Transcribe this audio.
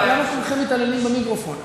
כולכם מתעללים במיקרופון?